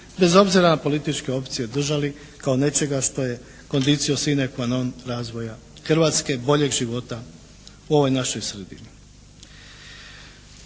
bez obzira na političke opcije držali kao nečega što je conditio cine qua non razvoja Hrvatske, boljeg života u ovoj našoj sredini.